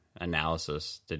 analysis